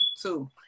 Two